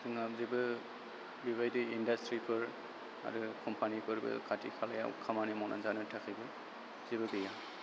जोंनाव जेबो बेबायदि इन्डासट्रिफोर आरो कम्पानिफोरबो खाथि खालायाव खामानि मावनानै जानो थाखायबो जेबो गैया